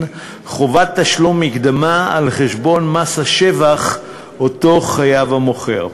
חובת תשלום מקדמה על חשבון מס השבח שהמוכר חייב.